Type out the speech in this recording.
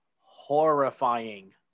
horrifying